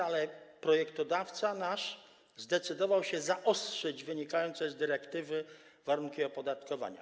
Ale nasz projektodawca zdecydował się zaostrzyć wynikające z dyrektywy warunki opodatkowania.